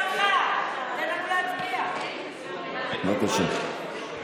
רק מה לעשות שלחבר הכנסת קושניר יש זכות לעלות ולהשיב.